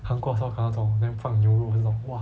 韩国烧烤那种 then 放牛肉那种 !wah!